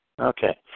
Okay